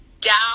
down